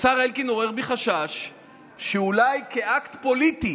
השר אלקין עורר בי חשש שאולי כאקט פוליטי,